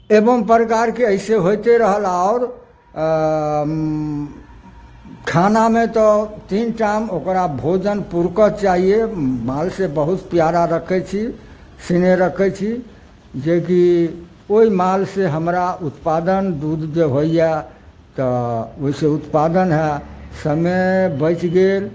एबम परकारके एहिसे होइते रहल आओर खानामे तऽ तीन टाइम ओकरा भोजन पुरकस चाहिये मालसे बहुत प्यारा रक्खै छी सिनेह रक्खै छी जे की ओहि मालसे हमरा उत्पादन दूधके होइया तऽ ओहिसे उत्पादन हए समय बचि गेल